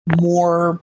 more